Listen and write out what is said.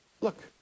look